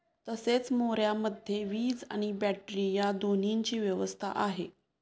तसेच मोऱ्यामध्ये वीज आणि बॅटरी या दोन्हीची व्यवस्था आहे